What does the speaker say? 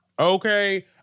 okay